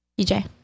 EJ